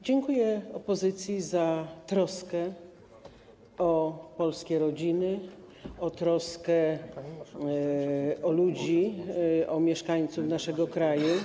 Dziękuję opozycji za troskę o polskie rodziny, za troskę o ludzi, o mieszkańców naszego kraju.